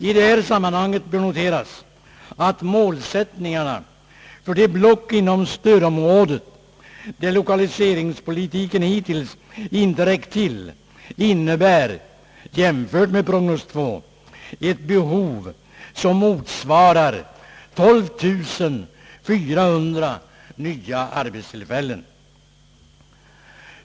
I det sammanhanget bör noteras att målsättningarna för de block inom stödområdet där lokaliseringspolitiken hittills inte räckt till — jämfört med prognos 2 — innebär ett behov som motsvarar 12400 nya arbetstillfällen.